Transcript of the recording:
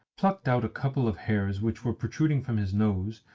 plucked out a couple of hairs which were protruding from his nose,